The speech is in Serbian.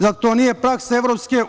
Zar to nije praksa EU?